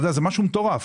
זה משהו מטורף.